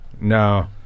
No